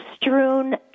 Strewn